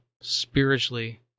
spiritually